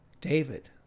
David